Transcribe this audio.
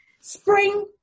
spring